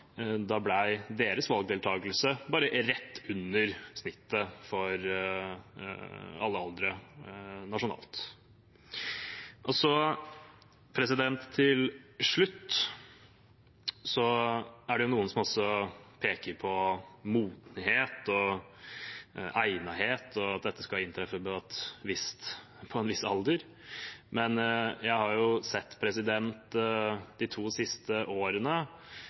deres valgdeltakelse bare rett under snittet for alle aldre nasjonalt. Til slutt: Noen peker på modenhet, egnethet og at dette skal inntreffe fra en viss alder. Men jeg har sett de to siste årene